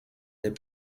des